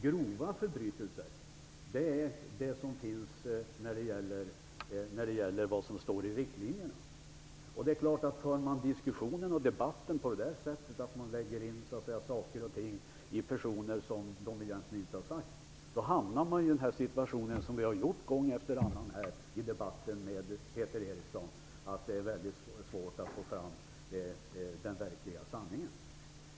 Grova förbrytelser är det som det står om i riktlinjerna. Om man i diskussionen och debatten lägger in saker och ting som personer egentligen inte har sagt, hamnar vi i den situation som vi har gjort gång efter annan i debatten med Peter Eriksson, nämligen att det blir väldigt svårt att få fram den verkliga sanningen.